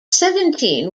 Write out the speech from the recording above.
seventeen